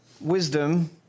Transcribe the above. wisdom